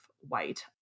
white